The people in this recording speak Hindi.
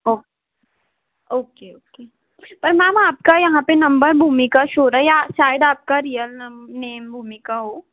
ओह ओके ओके पर मैम आपका यहाँ पर नम्बर भूमिका शो रहा या शायद आपका रियल नम नेम भूमिका हो